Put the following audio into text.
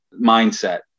mindset